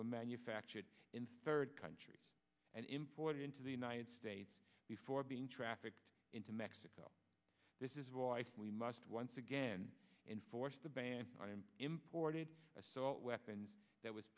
were manufactured in third country and imported into the united states before being trafficked into mexico this is why we must once again in force the ban on him imported assault weapons that was